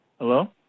Hello